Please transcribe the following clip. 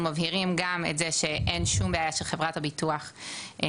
אנחנו מבהירים גם את זה שאין שום בעיה שחברת הביטוח תוסיף,